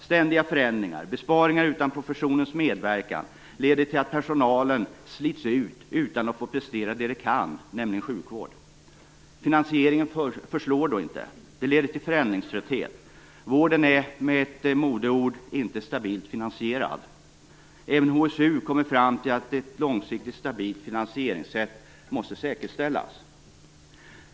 Ständiga förändringar, besparingar utan professionens medverkan, leder till att personalen slits ut utan att få prestera det den kan, nämligen sjukvård. Finansieringen förslår då inte. Det leder till förändringströtthet. Vården är, med ett modeord, inte stabilt finansierad. Även HSU kommer fram till att ett långsiktigt stabilt finansieringssätt måste säkerställas.